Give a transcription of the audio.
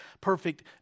perfect